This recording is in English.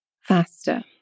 faster